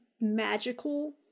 magical